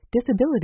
disability